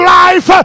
life